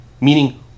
Meaning